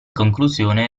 conclusione